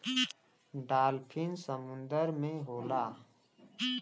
dolphin समुंदर में होला